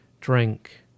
drink